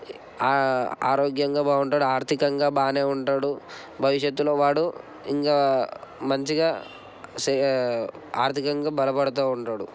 ఆరోగ్యంగా బాగుంటాడు ఆర్థికంగా బాగా ఉంటాడు భవిష్యత్తులో వాడు ఇంకా మంచిగా సె ఆర్థికంగా బలపడుతు ఉంటాడు